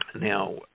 Now